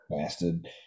Bastard